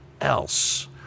else